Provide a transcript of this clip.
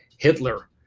Hitler